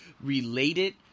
related